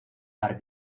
par